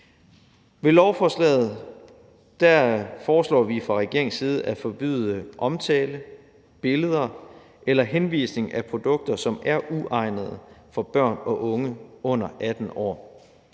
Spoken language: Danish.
Med lovforslaget foreslår vi fra regeringens side at forbyde omtale af, billeder af eller henvisning til produkter, som er uegnede for børn og unge under 18 år.